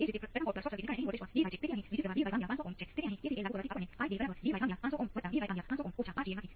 તેથી અહીં પરિવર્તનનો દર વિધેયના સપ્રમાણમાં જ છે જે તમને તેની સમજૂતી આપે છે